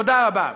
תודה רבה.